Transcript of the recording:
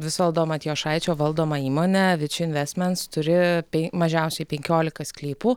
visvaldo matijošaičio valdoma įmonė viči invesments turi pei mažiausiai penkiolika sklypų